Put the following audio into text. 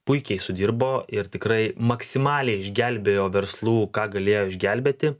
puikiai sudirbo ir tikrai maksimaliai išgelbėjo verslų ką galėjo išgelbėti